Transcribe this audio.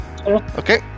Okay